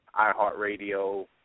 iHeartRadio